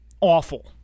awful